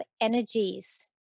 energies